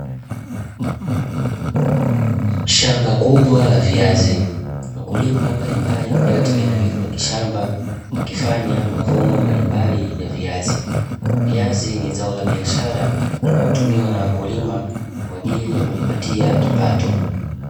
Shamba kubwa la viazi. Wakulima mbalimbali wakiwa katika eneo hilo la kishamba, wakifanya mavuno mbalimbali ya viazi. Viazi ni zao la biashara, linaloutumiwa na wakulima, kwa ajili ya kujipatia kipato.